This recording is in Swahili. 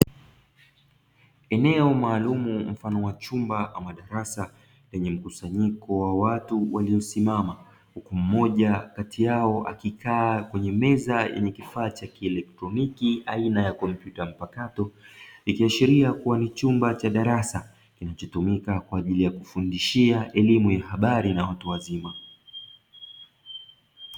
Eneo maalumu mfano wa chumba ama darasa lenye mkusanyiko wa watu waliosimama, huku mmoja kati yao akikaa kwenye meza yenye kifaa cha kielektroniki aina ya kompyuta mpakato, ikiashiria kuwa ni chumba cha darasa kinachotumika kwa ajili ya kufundishia elimu ya habari na watu wazima.